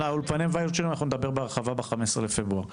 על האולפני וואוצ'ר אנחנו נדבר בהרחבה ב-15 לפברואר.